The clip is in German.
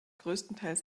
größtenteils